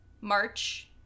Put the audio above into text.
March